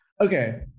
Okay